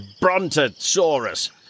Brontosaurus